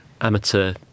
amateur